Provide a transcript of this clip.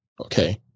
okay